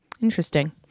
interesting